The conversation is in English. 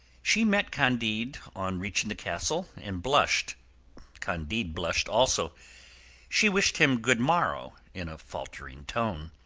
she met candide on reaching the castle and blushed candide blushed also she wished him good morrow in a faltering tone,